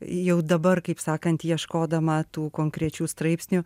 jau dabar kaip sakant ieškodama tų konkrečių straipsnių